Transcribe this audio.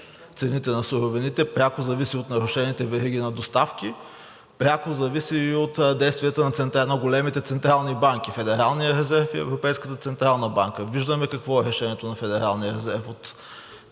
цените на суровините, пряко зависи от нарушените вериги на доставки, пряко зависи и от действията на големите централни банки: Федералният резерв и Европейската централна банка. Виждаме какво е решението на Федералния резерв от